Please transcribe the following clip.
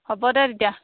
হ'ব দে তেতিয়া